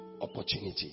opportunity